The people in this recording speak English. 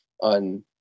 on